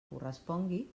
correspongui